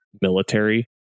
military